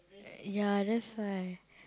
uh ya that's why